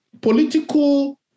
political